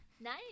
Nice